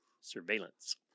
surveillance